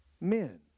men